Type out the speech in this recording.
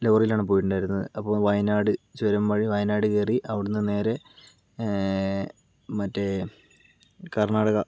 ലോറിയിലാണ് പോയിട്ടുണ്ടായിരുന്നത് അപ്പൊൾ വയനാട് ചുരം വഴി വയനാട് കേറി അവിടുന്ന് നേരെ മറ്റേ കർണാടക